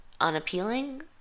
unappealing